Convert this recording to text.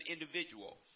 individual